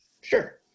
Sure